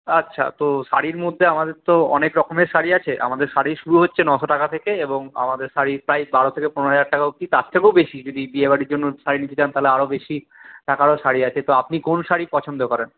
আচ্ছা তো শাড়ির মধ্যে আমাদের তো অনেক রকমের শাড়ি আছে আমাদের শাড়ি শুরু হচ্ছে নশো টাকা থেকে এবং আমাদের শাড়ি প্রায় বারো থেকে পনেরো হাজার টাকা অবধি তার থেকেও বেশি যদি বিয়েবাড়ির জন্য শাড়ি নিতে চান তাহলে আরও বেশি টাকারও শাড়ি আছে আপনি কোন শাড়ি পছন্দ করেন